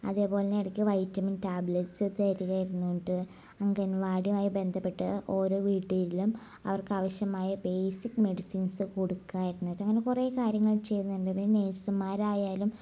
അതേപോലെ തന്നെ ഇടയ്ക്ക് വൈറ്റമിൻ ടാബ്ലറ്റ്സ് ഒക്കെ വരുന്നുണ്ട് അംഗൻവാടി വഴി ബന്ധപ്പെട്ട് ഓരോ വീട്ടിലും അവർക്ക് ആവശ്യമായ ബേസിക് മെഡിസിൻസ് കൊടുക്കായിരുന്നത് അങ്ങനെ കുറേ കാര്യങ്ങൾ ചെയ്യുന്നുണ്ട് പിന്നെ നേഴ്സുമാരായാലും